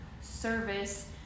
service